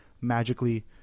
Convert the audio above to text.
magically